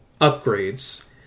upgrades